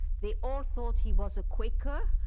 they all thought he was a quaker,